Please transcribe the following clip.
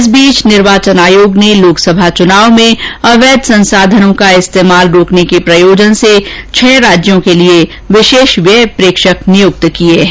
इस बीच निर्वाचन आयोग ने लोकसभा चुनाव में अवैध संसाधनों का इस्तेमाल रोकने के प्रयोजन से छह राज्यों के लिए विशेष व्यय प्रेक्षक नियुक्त किए हैं